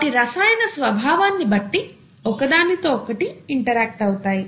వాటి రసాయన స్వభావాన్ని బట్టి ఒకదానితో ఒకటి ఇంటరాక్ట్ అవుతాయి